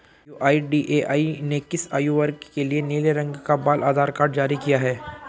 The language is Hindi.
यू.आई.डी.ए.आई ने किस आयु वर्ग के लिए नीले रंग का बाल आधार कार्ड जारी किया है?